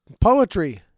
Poetry